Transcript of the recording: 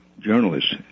Journalists